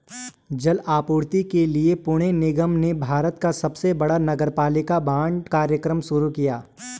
जल आपूर्ति के लिए पुणे निगम ने भारत का सबसे बड़ा नगरपालिका बांड कार्यक्रम शुरू किया